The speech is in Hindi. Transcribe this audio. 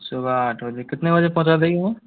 सुबह आठ बजे कितने बजे पहुँचा देगी वो